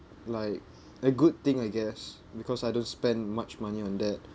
like a good thing I guess because I don't spend much money on that